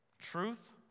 Truth